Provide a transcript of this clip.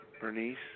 Bernice